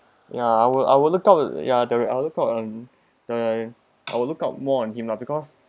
ya I will I will look out at ya the I will look out on the I will look out more on him lah because